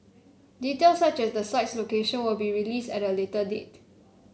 details such as the site's location will be released at a later date